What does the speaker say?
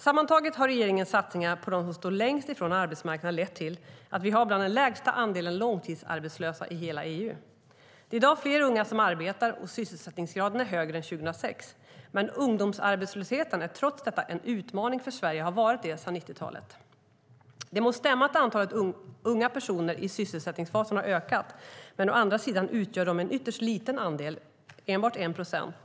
Sammantaget har regeringens satsningar på dem som står längst ifrån arbetsmarknaden lett till att vi har bland den lägsta andelen långtidsarbetslösa i hela EU. Det är i dag fler unga som arbetar, och sysselsättningsgraden är högre än 2006. Men ungdomsarbetslösheten är trots detta en utmaning för Sverige och har varit det sedan 1990-talet. Det må stämma att antalet unga personer i sysselsättningsfasen har ökat, men å andra sidan utgör de en ytterst liten andel - enbart 1 procent.